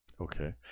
Okay